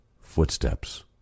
Footsteps